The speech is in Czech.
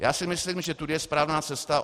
Já si myslím, že tudy je správná cesta.